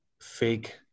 fake